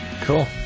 cool